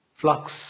flux